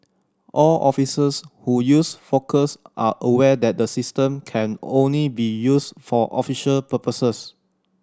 all officers who use Focus are aware that the system can only be used for official purposes